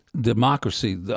democracy